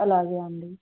అలాగే అండి